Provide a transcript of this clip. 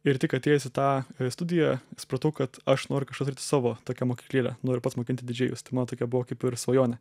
ir tik atėjęs į tą studiją supratau kad aš noriu kažką daryti savo tokią mokyklėlę noriu pats mokinti didžėjus tai mano tokia buvo kaip ir svajonė